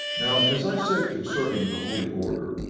now, as i said concerning the holy order,